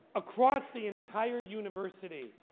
across the entire university.